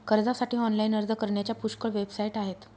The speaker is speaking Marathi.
कर्जासाठी ऑनलाइन अर्ज करण्याच्या पुष्कळ वेबसाइट आहेत